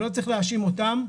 שלא צריך להאשים אותה,